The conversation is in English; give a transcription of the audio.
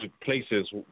places